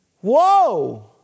Whoa